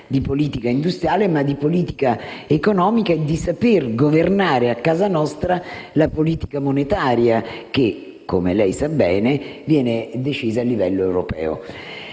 di politica industriale, ma anche di politica economica e di saper governare a casa nostra la politica monetaria che, come lei sa bene, viene decisa a livello europeo.